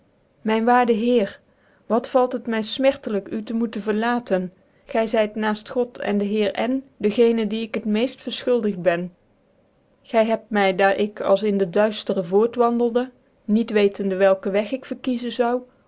myn waarde heer wat valt het my fmertclijk u tc moeten verlaten gy zyt naaft god cn dc heer n den genen die ik het meeft verfchuldigt ben gy hebt my daar ik als in den duiftcre voort wandelde niet wetende welke weg ik verkiezen zoude